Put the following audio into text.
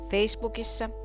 Facebookissa